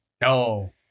No